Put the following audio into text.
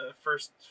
first